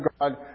God